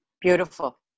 beautiful